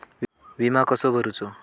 विमा कसो भरूचो?